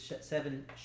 seven